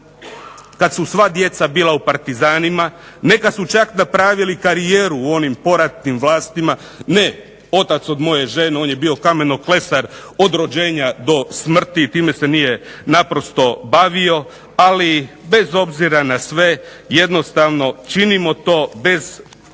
Kad su sva djeca bila u partizanima, neka su čak napravili karijeru u onim poratnim vlastima, ne, otac od moje žene on je bio kamenoklesar od rođenja do smrti i time se nije naprosto bavio. Ali bez obzira na sve jednostavno činimo to bez